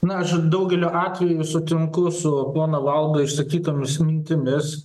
na aš daugeliu atvejų sutinku su pono valdo išsakytomis mintimis